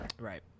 Right